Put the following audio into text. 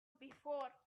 before